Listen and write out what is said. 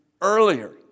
earlier